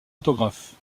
photographes